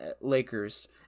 Lakers